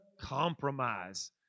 compromise